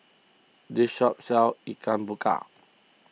this shop sells Ikan Bakar